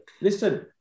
Listen